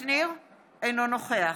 אינו נוכח